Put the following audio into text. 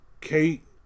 Kate